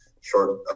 short